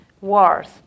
wars